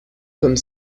comme